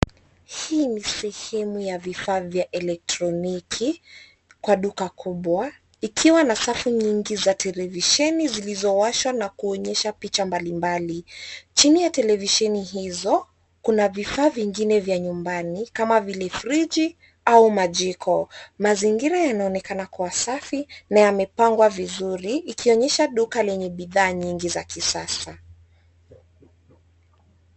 Hii ni sehemu ya vifaa vya elektroniki kwa duka kubwa, ikiwa na safu nyingi za televisheni zilizowashwa na kuonyesha picha mbalimbali. Chini ya televisheni hizo, kuna vifaa vingine vya nyumbani kama vile friji au majiko. Mazingira yanaonekana kuwa safi na yamepangwa vizuri ikionyesha duka lenye bidhaa nyingi za kisasa.